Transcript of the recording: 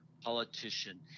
politician